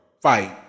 fight